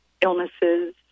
illnesses